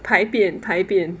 牌匾牌匾